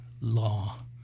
law